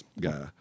guy